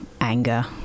anger